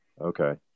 Okay